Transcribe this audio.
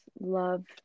love